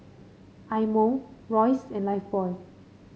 Eye Mo Royce and Lifebuoy